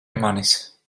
manis